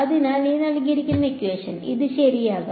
അതിനാൽ ഇത് ശരിയാകും